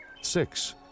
Six